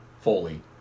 Foley